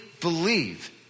believe